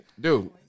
Dude